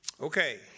okay